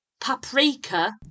paprika